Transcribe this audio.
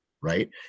right